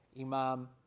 Imam